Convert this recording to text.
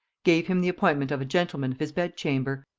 gave him the appointment of a gentleman of his bed-chamber,